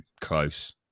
close